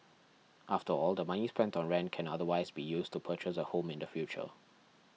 after all the money spent on rent can otherwise be used to purchase a home in the future